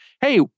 Hey